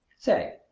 say,